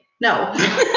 No